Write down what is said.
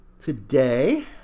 today